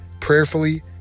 prayerfully